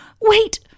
Wait